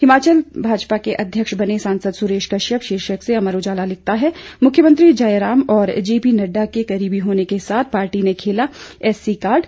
हिमाचल भाजपा के अध्यक्ष बने सांसद सुरेश कश्यप शीर्षक से अमर उजाला लिखता है मुख्यमंत्री जयराम और जेपी नड्डा के करीबी होने के साथ पार्टी ने खेला एससी कार्ड